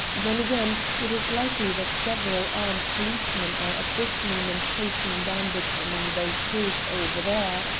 then again, it is likely that several armed policemen are at this moment chasing bandits among those hills over there,